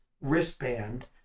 wristband